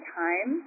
time